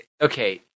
Okay